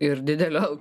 ir didelio